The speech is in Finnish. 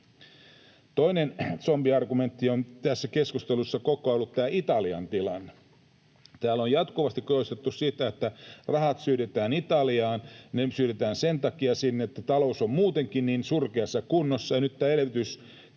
Toinen zombiargumentti on tässä keskustelussa koko ajan ollut tämä Italian tilanne. Täällä on jatkuvasti korostettu sitä, että rahat syydetään Italiaan, ne syydetään sinne sen takia, että talous on muutenkin niin surkeassa kunnossa,